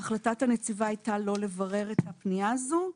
החלטת הנציבה הייתה לא לברר את הפנייה הזאת.